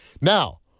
Now